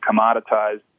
commoditized